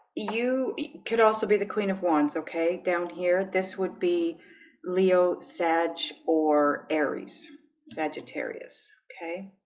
you could also be the queen of wands okay down here this would be leo sedge or aries sagittarius, okay